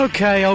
Okay